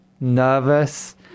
nervous